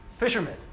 Fishermen